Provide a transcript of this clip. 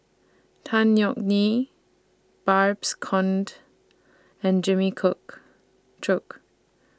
Tan Yeok Nee Babes Conde and Jimmy Cook Chok